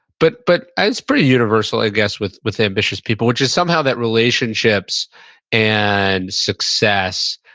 but but i was pretty universal, i guess, with with ambitious people, which is somehow that relationships and success,